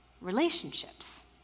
relationships